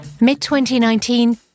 Mid-2019